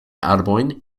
arbojn